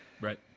Right